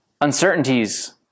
uncertainties